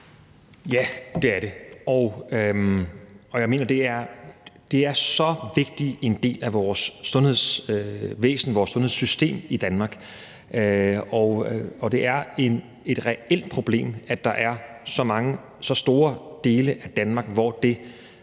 Ja, det er det, og jeg mener, det er så vigtig en del af vores sundhedsvæsen, vores sundhedssystem, i Danmark. Det er et reelt problem, at der er så store dele af Danmark, hvor det,